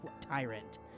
tyrant